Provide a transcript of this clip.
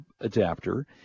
adapter